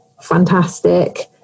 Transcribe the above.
fantastic